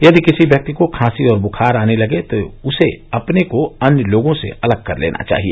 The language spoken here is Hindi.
यदि किसी व्यक्ति को खांसी और बुखार आने लगे तो उसे अपने को अन्य लोगों से अलग कर लेना चाहिए